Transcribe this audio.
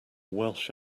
welsh